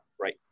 Right